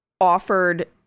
offered